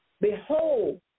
Behold